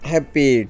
Happy